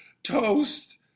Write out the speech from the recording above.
Toast